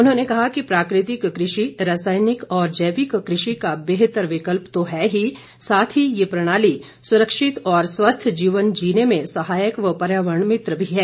उन्होंने कहा कि प्राकृतिक कृषि रासायनिक और जैविक कृषि का बेहतर विकल्प तो है ही साथ ही ये प्रणाली सुरक्षित और स्वस्थ जीवन जीने में सहायक व पर्यावरण मित्र भी है